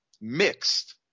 mixed